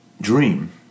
dream